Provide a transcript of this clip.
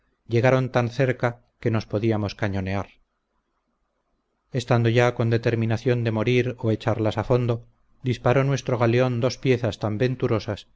llegaron tan cerca que nos podíamos cañonear estando ya con determinación de morir o echarlas a fondo disparó nuestro galeón dos piezas tan venturosas